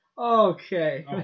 Okay